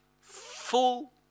full